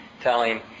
telling